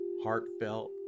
heartfelt